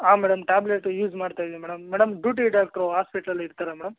ಹಾಂ madam tablet use ಮಾಡ್ತಾ ಇದೀನಿ ಮೇಡಮ್ ಮೇಡಮ್ ಡ್ಯೂಟಿ ಡಾಕ್ಟ್ರು ಆಸ್ಪಿಟ್ಲಲ್ಲಿ ಇರ್ತಾರ ಮೇಡಮ್